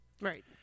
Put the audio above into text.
Right